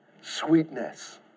Sweetness